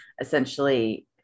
essentially